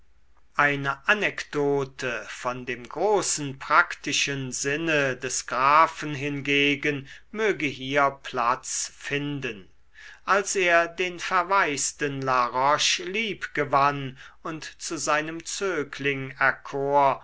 eine anekdote von dem großen praktischen sinne des grafen hingegen möge hier platz finden als er den verwaisten la roche lieb gewann und zu seinem zögling erkor